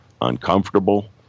uncomfortable